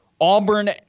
auburn